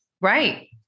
Right